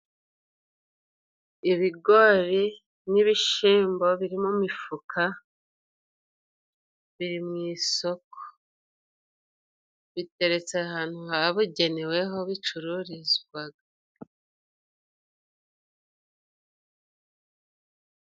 Ibigori n'ibishimbo biri mu mifuka biri mu isoko, biteretse ahantu habugenewe aho bicururizwaga.